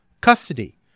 custody